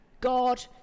God